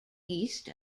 east